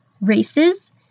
races